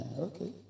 Okay